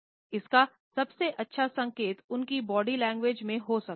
इसका सबसे अच्छा संकेत उनकी बॉडी लैंग्वेज में हो सकता है